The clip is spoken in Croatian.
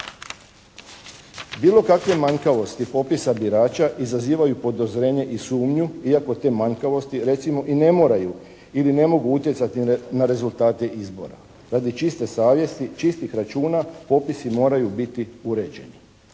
Bilo kakve manjkavosti popisa birača izazivaju podozorenje i sumnju iako te manjkavosti recimo i ne moraju ili ne mogu utjecati na rezultate izbora. Radi čiste savjesti, čistih računa popisi moraju biti uređeni.